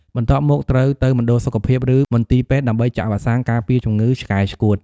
បន្ទាប់មក ត្រូវទៅមណ្ឌលសុខភាព ឬមន្ទីរពេទ្យ ដើម្បីចាក់វ៉ាក់សាំងការពារជំងឺឆ្កែឆ្កួត។